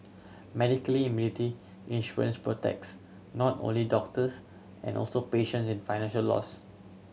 medically indemnity insurance protects not only doctors and also patients in financial loss